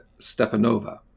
stepanova